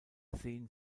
sehen